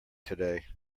today